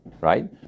right